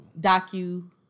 Docu